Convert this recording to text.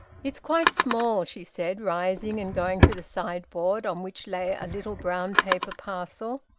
it's quite small, she said, rising and going to the sideboard, on which lay a little brown-paper parcel.